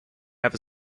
have